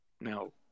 Now